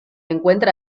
encuentra